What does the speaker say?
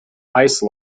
ice